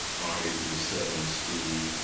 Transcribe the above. aren't able to settle in school,